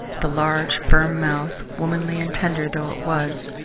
the large, firm mouth, womanly and tender though it was,